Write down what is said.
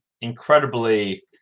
incredibly